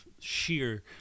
sheer